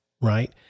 right